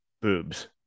boobs